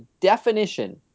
definition